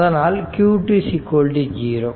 அதனால் q20